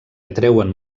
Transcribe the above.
atreuen